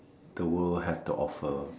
the world have to offer